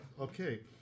Okay